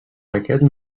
aquest